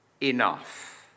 enough